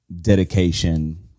dedication